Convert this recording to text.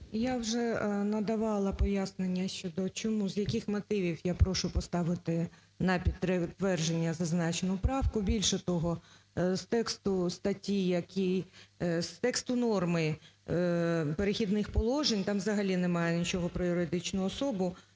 Я вже надавала пояснення щодо чому, з яких мотивів я прошу поставити на підтвердження зазначену правку. Більше того, з тексту статті, з тексту норми "Перехідних положень", там взагалі немає нічого про юридичну особу.